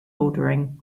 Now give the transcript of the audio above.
ordering